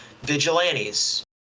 vigilantes